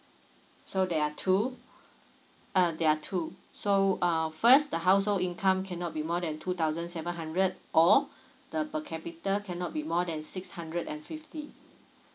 so there are two uh there are two so um first the household income cannot be more than two thousand seven hundred or the per capita cannot be more than six hundred and fifty